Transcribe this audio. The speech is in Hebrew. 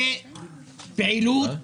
פועלת